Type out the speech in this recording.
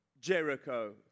Jericho